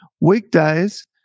Weekdays